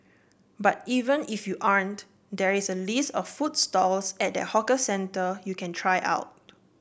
but even if you aren't there is a list of food stalls at that hawker centre you can try out